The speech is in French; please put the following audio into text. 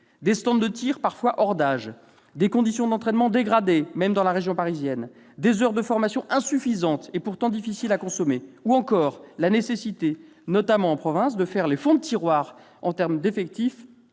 Des stands de tir parfois hors d'âge, des conditions d'entraînement dégradées, même dans la région parisienne, des heures de formation insuffisantes et pourtant difficiles à consommer, ou encore la nécessité, notamment en province, de faire les « fonds de tiroir » en termes d'effectifs